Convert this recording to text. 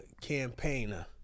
campaigner